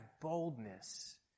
boldness